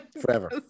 forever